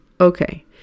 Okay